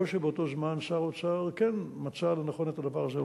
או שבאותו זמן שר האוצר כן מצא לנכון להוסיף את הדבר הזה.